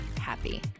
happy